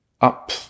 up